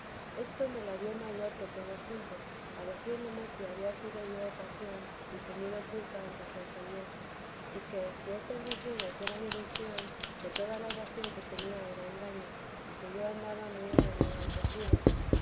esto me la dio mayor que todo junto pareciéndome si había sido yo ocasión y tenido culpa en que se ofendiese y que si estas visiones eran ilusiones que toda la oración que tenía era engaño y que yo andaba muy engañada y perdida